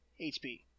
HP